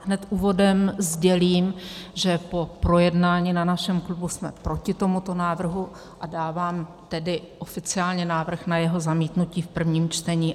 Hned úvodem sdělím, že po projednání na našem klubu jsme proti tomuto návrhu, a dávám tedy oficiálně návrh na jeho zamítnutí v prvním čtení.